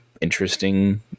interesting